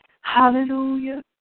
Hallelujah